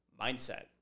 mindset